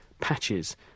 patches